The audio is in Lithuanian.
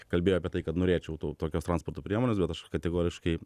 kalbėjo apie tai kad norėčiau tau tokios transporto priemonės bet aš kategoriškai